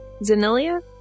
Zanilia